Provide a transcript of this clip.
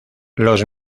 los